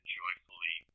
joyfully